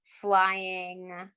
flying